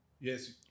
Yes